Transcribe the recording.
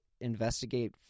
investigate